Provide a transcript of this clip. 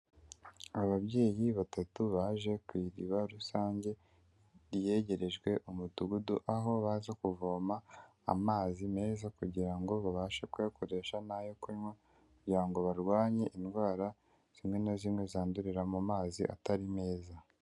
Ababyeyi batatu baje ku iriba rusange ryegerejwe umudugudu, aho baza kuvoma amazi meza kugira ngo babashe kuyakoresha n'ayo kunywa, kugira ngo barwanye indwara zimwe na zimwe zandurira mu mazi atari meza.